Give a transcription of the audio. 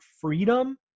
freedom